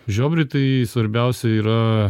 žiobriui tai svarbiausia yra